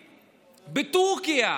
בטורקיה,